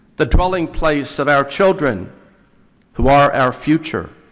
the dwelling place of our children who are our future,